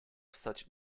such